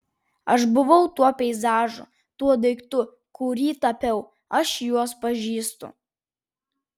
aš buvau tuo peizažu tuo daiktu kurį tapiau aš juos pažįstu